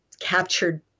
captured